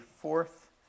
fourth